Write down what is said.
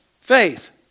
Faith